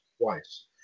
twice